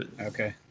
okay